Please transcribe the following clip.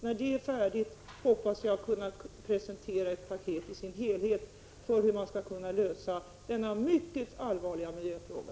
När det är färdigt hoppas jag att kunna presentera ett paket för en lösning i dess helhet av denna mycket allvarliga miljöfråga.